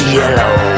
yellow